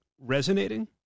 resonating